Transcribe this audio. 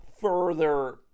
further